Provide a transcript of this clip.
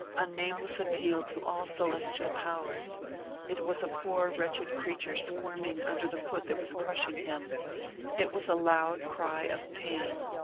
a nameless appeal to all celestial powers it was a poor wretched creature squirming under the foot that was crushing him it was a loud cry of pain.